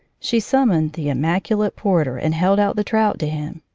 she summoned the immaculate porter and held out the trout to him.